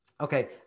Okay